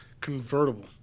convertible